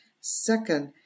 Second